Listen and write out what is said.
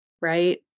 right